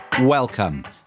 Welcome